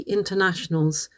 International's